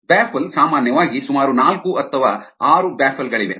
baffle ಸಾಮಾನ್ಯವಾಗಿ ಸುಮಾರು ನಾಲ್ಕು ಅಥವಾ ಆರು ಬ್ಯಾಫಲ್ ಗಳಿವೆ